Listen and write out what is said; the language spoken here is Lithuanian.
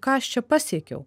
ką aš čia pasiekiau